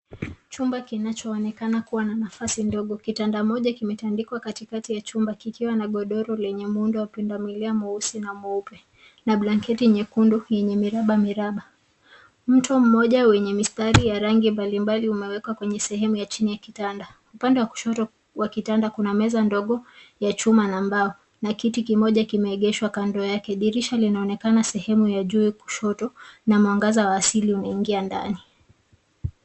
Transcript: Chumba kinacho onekana kuwa na nafasi ndogo, kitanda moja kimetandikwa katikati ya chumba kikiwa na godoro lenye muundo wa pundamilia mweusi na mweupe, na blanketi nyekundu yenye miraba miraba. Mto mmoja wenye mistari ya rangi mbalimbali umewekwa kwenye sehemu ya chini ya kitanda. Upande wa kushoto wa kitanda kuna meza ndogo ya chuma na mbao, na kiti kimoja kimeegeshwa kando yake. Dirisha linaonekana sehemu ya juu ya kushoto, na mwangaza wa asili unaingia ndani.